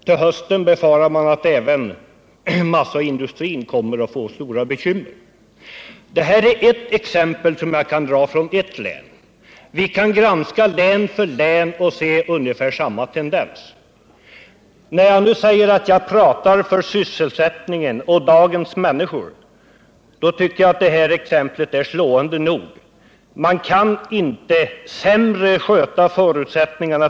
Man befarar att till hösten även massaindustrin kommer att få stora bekymmer. Detta var ett exempel från bara ett län, men vi skulle kunna granska län för län och finna ungefär samma tendens. Jag tycker att detta exempel på ett slående sätt visar vad det här betyder för dagens människor och deras sysselsättning.